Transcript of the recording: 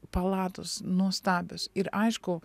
palatos nuostabios ir aišku